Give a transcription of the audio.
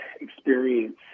experience